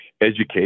education